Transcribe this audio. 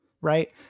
right